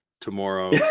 tomorrow